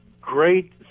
great